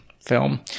film